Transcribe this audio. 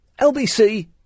LBC